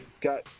got